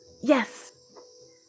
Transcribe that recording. Yes